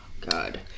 God